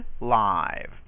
live